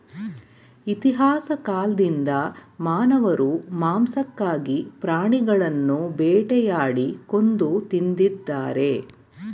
ಇತಿಹಾಸ ಕಾಲ್ದಿಂದ ಮಾನವರು ಮಾಂಸಕ್ಕಾಗಿ ಪ್ರಾಣಿಗಳನ್ನು ಬೇಟೆಯಾಡಿ ಕೊಂದು ತಿಂದಿದ್ದಾರೆ